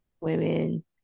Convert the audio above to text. women